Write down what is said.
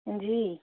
हां जी